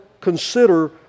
consider